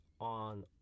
on